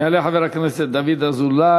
יעלה חבר הכנסת דוד אזולאי.